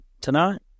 tonight